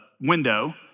window